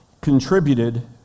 contributed